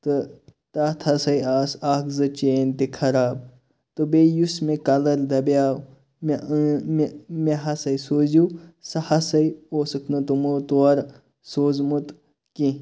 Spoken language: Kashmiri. تہٕ تَتھ ہَسا آسہِ اکھ زٕ چینہٕ تہِ خَراب تہٕ بیٚیہِ یُس مےٚ کَلَر دَپیاو مےٚ أنٛۍ مےٚ مےٚ ہَساے سوٗزِو سُہ ہَسا اوسُکھ نہٕ تمو تورٕ سوٗزمُت کینٛہہ